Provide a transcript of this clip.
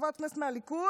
חברת כנסת מהליכוד,